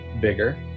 bigger